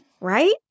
right